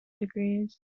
degrees